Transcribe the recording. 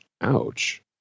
Ouch